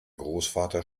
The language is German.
großvater